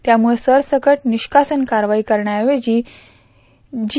त्यामुळं सरसकट निष्कासन कारवाई करण्याऐवजी या जी